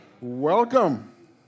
Welcome